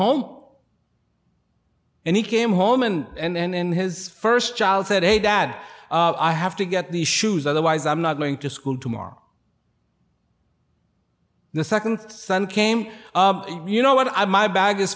home and he came home and and his first child said hey dad i have to get the shoes otherwise i'm not going to school tomorrow the second son came you know what i my bag is